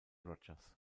rogers